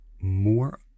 more